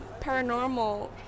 paranormal